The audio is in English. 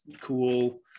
cool